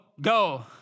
go